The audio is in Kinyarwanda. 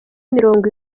mirongo